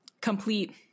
complete